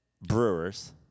Brewers